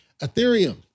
Ethereum